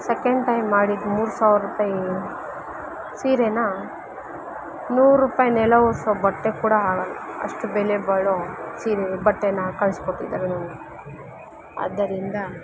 second time ಮಾಡಿದ ಮೂರು ಸಾವಿರ ರೂಪಾಯಿ ಸೀರೆ ನೂರು ರೂಪಾಯ್ ನೆಲ ಒರೆಸೋ ಬಟ್ಟೆ ಕೂಡ ಅಷ್ಟು ಬೆಲೆ ಬಾಳೋ ಸೀರೆ ಬಟ್ಟೆ ಕಳಿಸ್ಕೊಟ್ಟಿದ್ದಾರೆ ನೋಡಿ ಆದ್ದರಿಂದ